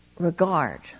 regard